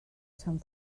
sant